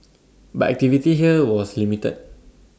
but activity here was limited